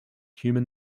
human